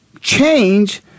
change